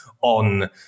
on